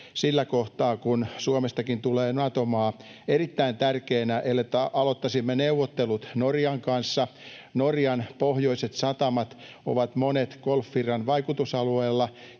sillä kohtaa, kun Suomestakin tulee Nato-maa, erittäin tärkeänä, että aloittaisimme neuvottelut Norjan kanssa. Monet Norjan pohjoiset satamat ovat Golfvirran vaikutusalueella,